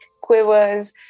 quivers